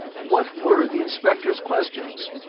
what were the inspector's questions?